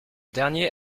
dernier